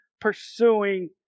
pursuing